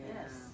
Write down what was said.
Yes